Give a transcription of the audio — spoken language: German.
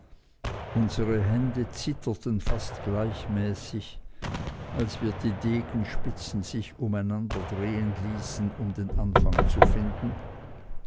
unsere hände zitterten fast gleichmäßig als wir die degenspitzen sich umeinander drehen ließen um den anfang zu finden